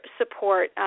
support